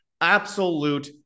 Absolute